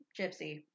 gypsy